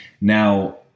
Now